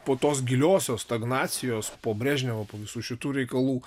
po tos giliosios stagnacijos po brežnevo po visų šitų reikalų